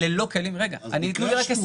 אלה לא כלים --- אז ביקשנו,